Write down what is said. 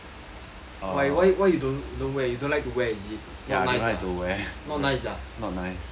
why why why you don't don't wear you don't like to wear not nice ah